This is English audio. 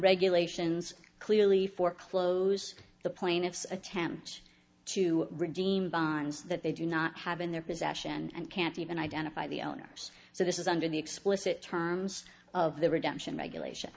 regulations clearly for close the plaintiffs attempt to redeem bonds that they do not have in their possession and can't even identify the owners so this is under the explicit terms of the redemption regulation